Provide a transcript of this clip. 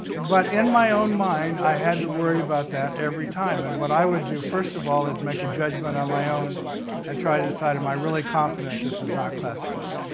but in my own mind, i had to worry about that every time. and what i would do first of all is make a judgment on my own and try to decide, am i really confident this is not classified?